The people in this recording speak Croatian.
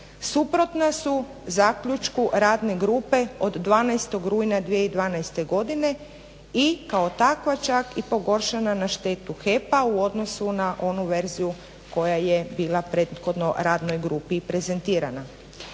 suprotna su zaključku radne grupe od 12. rujna 2012. godine i kao takva čak i pogoršana na štetu HEP-a u odnosu na onu verziju koja je bila prethodno radnoj grupi prezentirana.